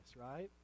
right